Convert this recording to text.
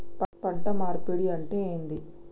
పంట మార్పిడి అంటే ఏంది?